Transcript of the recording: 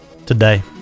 Today